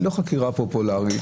היא לא חקירה פופולארית.